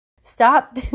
Stop